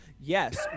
yes